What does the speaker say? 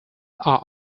are